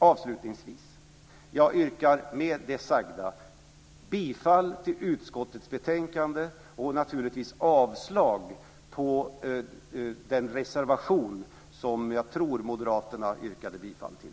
Avslutningsvis yrkar jag med det sagda på godkännande av utskottets anmälan och naturligtvis avslag på den reservation som jag tror att moderaterna yrkade bifall till.